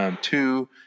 two